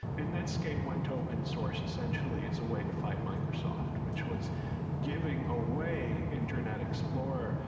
and netscape went open source essentially as a way to fight microsoft, which was giving away internet explorer,